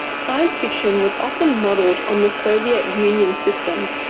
science fiction was often modelled on the soviet and union's system,